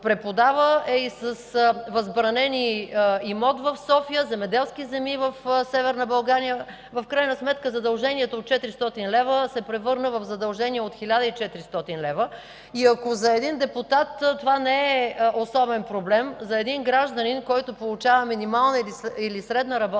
преподава, е и с възбранени имот в София и земеделски земи в Северна България. В крайна сметка, задължението от 400 лв. се превърна в задължение от 1400 лв. Ако за един депутат това не е особен проблем, за един гражданин, който получава минимална или средна работна